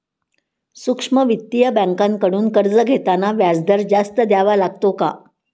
सूक्ष्म वित्तीय बँकांकडून कर्ज घेताना व्याजदर जास्त द्यावा लागतो का?